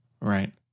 Right